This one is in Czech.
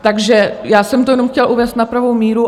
Takže já jsem to jenom chtěla uvést na pravou míru.